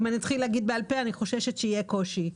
אם אני אתחיל להגיד בעל פה, אני חוששת שיהיה קושי.